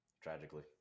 Tragically